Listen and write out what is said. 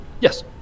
Yes